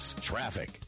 traffic